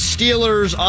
Steelers